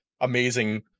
amazing